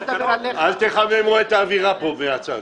נציגי ההסתדרות אל תחממו פה את האווירה מהצד.